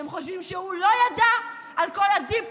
אתם חושבים שהוא לא ידע על כל ה-Deep